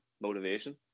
motivation